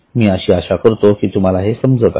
मी अशी आशा करतो की तुम्हाला हे समजत आहे